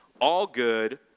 all-good